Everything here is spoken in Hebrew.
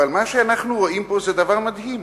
אבל מה שאנחנו רואים פה זה דבר מדהים: